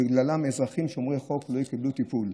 בגללם אזרחים שומרי חוק לא יקבלו טיפול.